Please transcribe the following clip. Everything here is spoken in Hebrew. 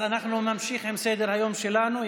אנחנו נמשיך עם סדר-היום שלנו.